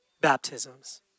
baptisms